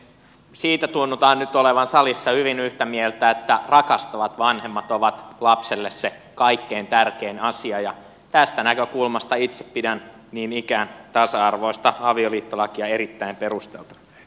siitä tunnutaan nyt olevan salissa hyvin yhtä mieltä että rakastavat vanhemmat ovat lapselle se kaikkein tärkein asia ja tästä näkökulmasta itse pidän niin ikään tasa arvoista avioliittolakia erittäin perusteltuna